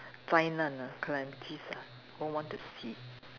灾难 ah calamities ah won't want to see